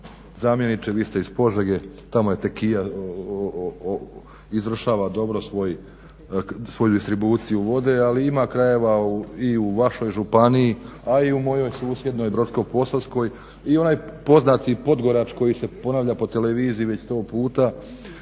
zamjeniče vi ste iz Požege, tamo je Tekija, izvršava dobro svoju distribuciju vode, ali ima krajeva i u vašoj županiji, a i u mojoj susjednoj Brodsko-posavskoj i onaj poznati podgorač koji se ponavlja po televiziji već sto puta,